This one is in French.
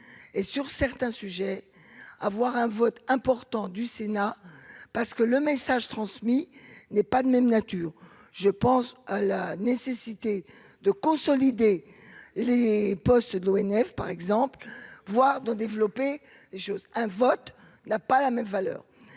et, sur certains sujets à voir un vote important du sénat parce que le message transmis n'est pas de même nature, je pense à la nécessité de consolider les postes de l'ONF, par exemple, voire de développer les choses, un vote n'a pas la même valeur